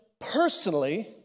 personally